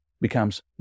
becomes